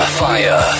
fire